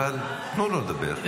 אבל תנו לדבר.